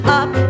up